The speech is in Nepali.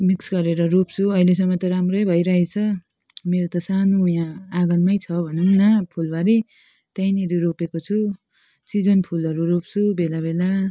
मिक्स गरेर रोप्छु अहिलेसम्म त राम्रै भइरहेछ मेरो त सानो यहाँ आँगनमै छ भनौँ न फुलबारी त्यहाँनेरि रोपेको छु सिजन फुलहरू रोप्छु बेला बेला